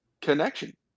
connection